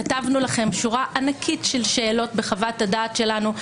כתבנו לכם שורה ענקית של שאלות בחוות-הדעת שלנו.